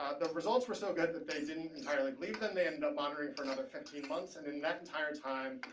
ah the results were so good that they didn't entirely believe them. they ending up monitoring for another fifteen months, and in that entire time,